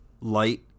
light